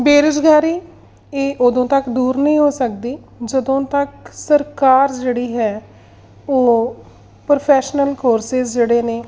ਬੇਰੁਜ਼ਗਾਰੀ ਇਹ ਉਦੋਂ ਤੱਕ ਦੂਰ ਨਹੀਂ ਹੋ ਸਕਦੀ ਜਦੋਂ ਤੱਕ ਸਰਕਾਰ ਜਿਹੜੀ ਹੈ ਉਹ ਪ੍ਰੋਫੈਸ਼ਨਲ ਕੋਰਸਿਸ ਜਿਹੜੇ ਨੇ